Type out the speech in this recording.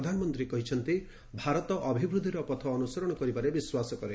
ପ୍ରଧାନମନ୍ତ୍ରୀ କହିଛନ୍ତି ଭାରତ ଅଭିବୃଦ୍ଧିର ପଥ ଅନୁସରଣ କରିବାରେ ବିଶ୍ୱାସ କରେ